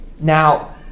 now